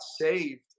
saved